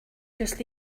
just